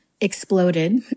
exploded